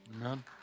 Amen